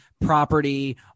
property